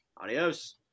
Adios